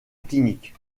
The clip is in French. clinique